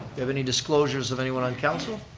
have any disclosures of anyone on council?